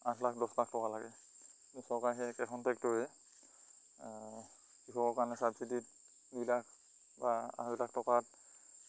আঠ লাখ দহ লাখ টকা লাগে কিন্তু চৰকাৰে সেই একেখন টেক্টৰে কৃষকৰ কাৰণে চাবচিডিত দুই লাখ বা আঢ়ৈ লাখ টকাত